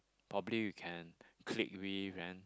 probably you can click with then